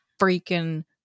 freaking